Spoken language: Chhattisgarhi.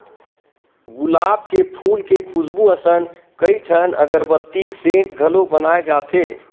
गुलाब के फूल के खुसबू असन कइठन अगरबत्ती, सेंट घलो बनाए जाथे